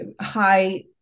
high